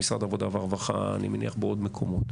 במשרד העבודה והרווחה, אני מניח בעוד מקומות.